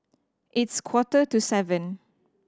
its quarter to seven